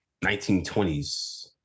1920s